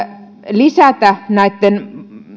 lisätä näitten